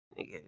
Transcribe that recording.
nigga